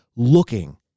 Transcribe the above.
looking